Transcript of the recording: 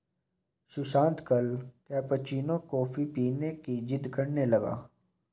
सुशांत कल cappuccino coffee पीने की जिद्द करने लगा